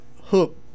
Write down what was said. hook